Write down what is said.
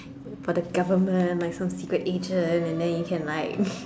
for the government like some secret agent and then you can like